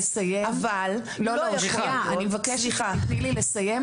אבל לא יכול להיות --- אני מבקשת שתתני לי לסיים,